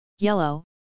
Yellow